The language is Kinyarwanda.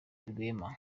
rwema